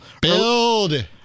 Build